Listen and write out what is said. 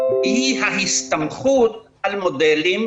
היא ההסתמכות על מודלים,